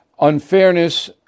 unfairness